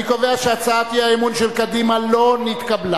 56. אני קובע שהצעת אי-האמון של קדימה לא נתקבלה.